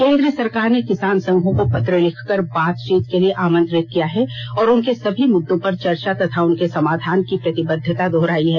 केंद्र सरकार ने किसान संघों को पत्र लिखकर बातचीत के लिए आमंत्रित किया है और उनके सभी मुद्दों पर चर्चा तथा उनके समाधान की प्रतिबद्वता दोहरायी है